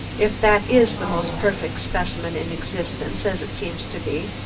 if that is the most perfect specimen in existence, as it seems to be,